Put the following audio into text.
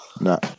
No